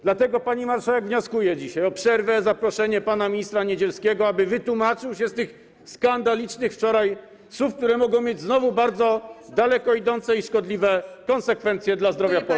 Dlatego, pani marszałek, wnioskuję dzisiaj o przerwę, o zaproszenie pana ministra Niedzielskiego, aby wytłumaczył się z tych skandalicznych wczorajszych słów, które znowu mogą mieć bardzo daleko idące i szkodliwe konsekwencje dla zdrowia Polaków.